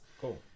cool